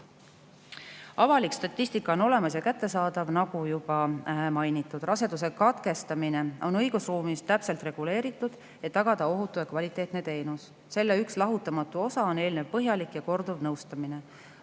Avalik statistika on olemas ja kättesaadav. Nagu juba mainitud, raseduse katkestamine on õigusruumis täpselt reguleeritud, et tagada ohutu ja kvaliteetne teenus. Selle üks lahutamatu osa on eelnev põhjalik ja korduv nõustamine.